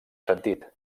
sentit